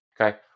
okay